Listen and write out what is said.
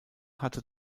hatte